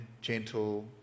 gentle